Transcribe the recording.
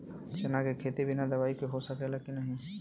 चना के खेती बिना दवाई के हो सकेला की नाही?